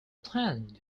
planned